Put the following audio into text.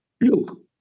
Look